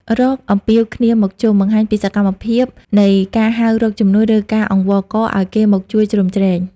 «រកអំពាវគ្នាមកជុំ» បង្ហាញពីសកម្មភាពនៃការហៅរកជំនួយ ឬការអង្វរកឱ្យគេមកជួយជ្រោមជ្រែង។